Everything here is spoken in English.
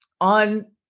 on